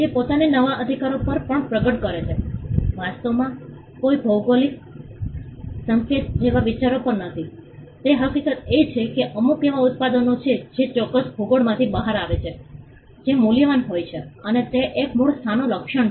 તે પોતાને નવા અધિકારો પર પણ પ્રગટ કરે છે વાસ્તવમાં કોઈ ભૌગોલિક સંકેત જેવા વિચારો પર નથી તે હકીકત એ છે કે અમુક એવા ઉત્પાદનો છે જે કોઈ ચોક્કસ ભૂગોળમાંથી બહાર આવે છે જે મૂલ્યવાન હોય છે અને તે એક મૂળ સ્થાનનો લક્ષણ છે